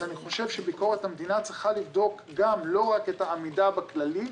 אז אני חושב שביקורת המדינה צריכה לבדוק גם לא רק את העמידה בכללים,